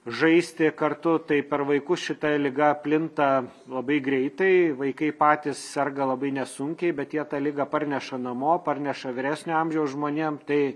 žaisti kartu tai per vaikus šita liga plinta labai greitai vaikai patys serga labai nesunkiai bet jie tą ligą parneša namo parneša vyresnio amžiaus žmonėms tai